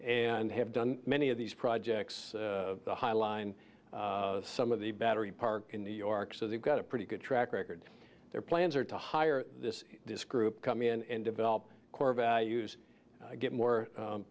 and have done many of these projects the high line some of the battery park in new york so they've got a pretty good track record their plans are to hire this group come in and develop core values get more